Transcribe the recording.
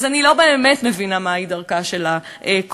אז אני לא באמת מבינה מהי דרכה של הקואליציה,